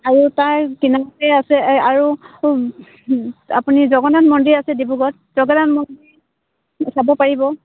আৰু তাৰ কিনাৰতে আছে আৰু আপুনি জগন্নাথ মন্দিৰ আছে ডিব্ৰুগড়ত জগন্নাথ মন্দিৰ চাব পাৰিব